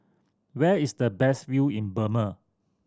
where is the best view in Burma